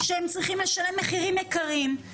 שהם צריכים לשלם מחירים יקרים,